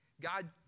God